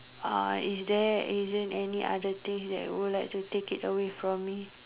uh is there is there any other thing that would like to take it away from